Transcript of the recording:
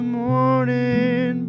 morning